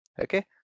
okay